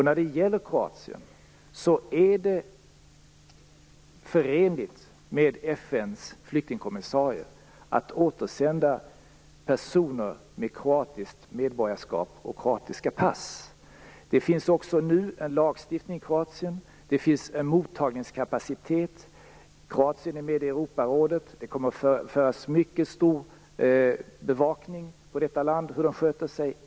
När det gäller Kroatien är det förenligt med FN:s flyktingkommissaries rekommendationer att återsända personer med kroatiskt medborgarskap och kroatiska pass. Det finns nu en lagstiftning i Kroatien. Man har en mottagningskapacitet. Kroatien är medlem i Europarådet. Det kommer att hållas en mycket stark bevakning av hur detta land sköter sig.